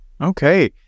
Okay